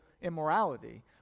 immorality